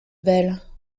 belle